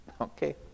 Okay